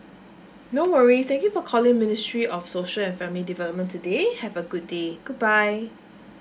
no worries thank you for calling ministry of social and family development today have a good day goodbye